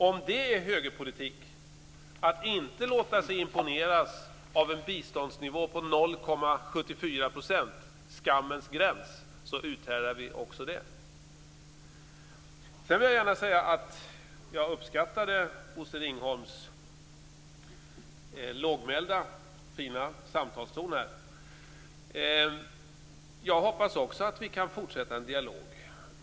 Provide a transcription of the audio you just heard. Om det är högerpolitik att inte låta sig imponeras av en biståndsnivå på 0,74 %, skammens gräns, så uthärdar vi också det. Sedan vill jag gärna säga att jag uppskattade Bosse Ringholms lågmälda fina samtalston. Jag hoppas också att vi kan fortsätta en dialog.